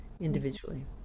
individually